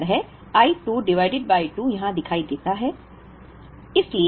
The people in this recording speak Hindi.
इसी तरह I 2 डिवाइडेड बाय 2 यहाँ दिखाई देता है